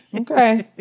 Okay